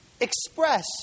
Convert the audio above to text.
express